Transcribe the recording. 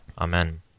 Amen